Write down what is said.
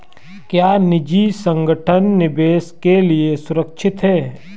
क्या निजी संगठन निवेश के लिए सुरक्षित हैं?